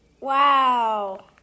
Wow